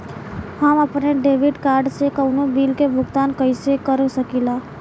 हम अपने debit card से कउनो बिल के भुगतान कइसे कर सकीला?